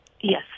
Yes